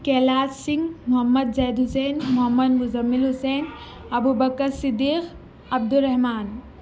Kailash Singh Mohammad Zaid Hussain Mohammad Muzammil Hussain Abubakar Siddique Abdul Rahman